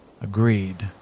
Agreed